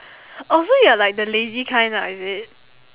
oh so you're like the lazy kind lah is it